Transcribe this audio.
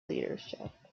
leadership